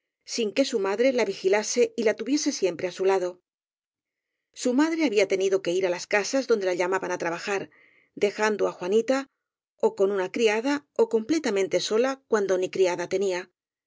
sin que su madre la vigilase y la tuviese siempre á su lado su madre había tenido que ir á las casas donde la llamaban á trabajar dejando á juanita ó con una criada ó completamente sola cuando ni criada tenía